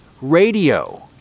radio